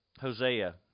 Hosea